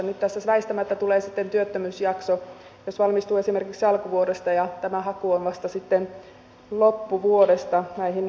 nyt tässä väistämättä tulee sitten työttömyysjakso jos valmistuu esimerkiksi alkuvuodesta ja tämä haku on vasta sitten loppuvuodesta näihin virkoihin